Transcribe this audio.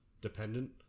dependent